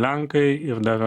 lenkai ir dar